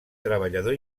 treballador